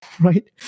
right